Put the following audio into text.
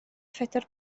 phedwar